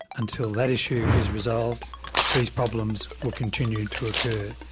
until that issue is resolved these problems will continue to occur.